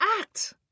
act